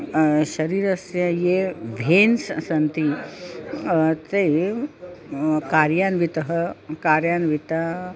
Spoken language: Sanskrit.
शरीरस्य ये भेन्स् सन्ति ते कार्यान्वितः कार्यान्विता